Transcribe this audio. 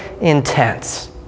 intense